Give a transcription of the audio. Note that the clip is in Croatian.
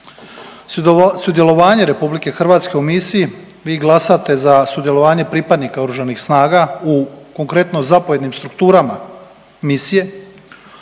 Sudjelovanje RH u misiji, vi glasate za sudjelovanje pripadnika oružanih snaga u, konkretno zapovjednim strukturama misije,